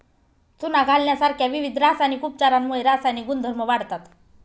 चुना घालण्यासारख्या विविध रासायनिक उपचारांमुळे रासायनिक गुणधर्म वाढतात